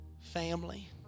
family